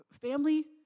Family